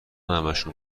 همشون